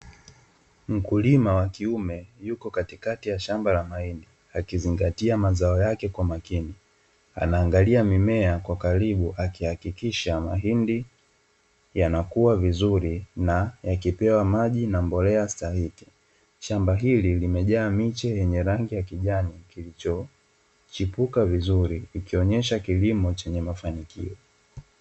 Mkulima wa kiume yuko katikati ya shamba la mahindi, akizingatia mazao yake kwa makini. Anaangalia mimea kwa karibu akihakikisha mahindi yanakua vizuri na yakipewa maji na mbolea sahihi. Shamba hili limejaa miche yenye rangi ya kijani kilichochipuka vizuri, ikionyesha kilimo chenye mafanikio.